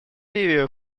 ливии